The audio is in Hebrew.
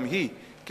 גם היא כיושבת-ראש,